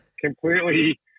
completely